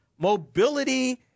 Mobility